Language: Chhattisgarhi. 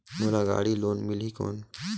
मोला गाड़ी लोन मिलही कौन?